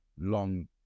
long